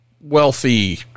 wealthy